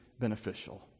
beneficial